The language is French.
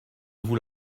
vous